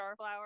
Starflower